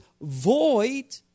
void